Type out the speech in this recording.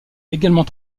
également